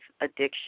addiction